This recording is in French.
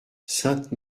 sainte